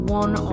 one